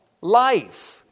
life